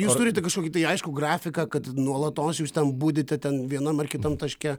jūs turite kažkokį tai aiškų grafiką kad nuolatos jūs ten budite ten vienam ar kitam taške